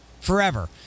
forever